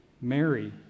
Mary